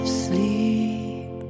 sleep